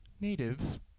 native